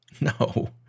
No